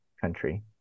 country